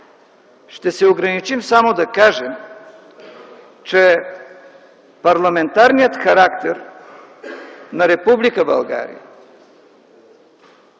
Ще се ограничим само да кажем, че парламентарният характер на Република България